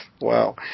Wow